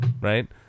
right